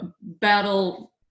battle